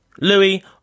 Louis